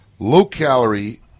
Low-calorie